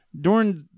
Dorn